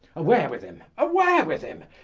away with him, away with him,